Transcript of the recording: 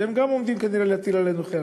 גם הם עומדים כנראה להטיל עלינו חרם,